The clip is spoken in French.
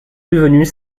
devenus